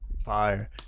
Fire